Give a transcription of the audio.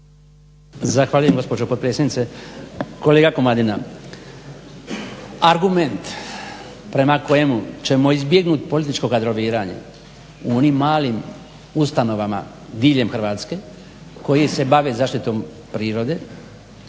Zahvaljujem gospođo potpredsjednice. Kolega Komadina, argument prema kojemu ćemo izbjegnut političko kadroviranje u onim malim ustanovama diljem Hrvatske koje se bave zaštitom prirode